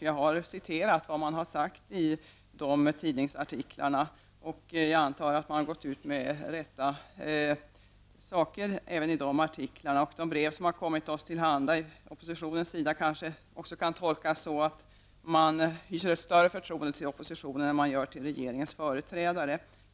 Jag har återgett vad man har sagt i dessa tidningsartiklar, och jag antar att det man har sagt är sant. De brev som har kommit oss till handa i oppositionen kanske också kan tolkas som så att pensionärerna hyser större förtroende för oppositionen än för regeringens företrädare.